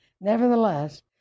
Nevertheless